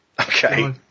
Okay